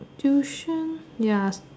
tuition ya